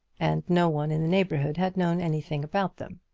and no one in the neighbourhood had known anything about them.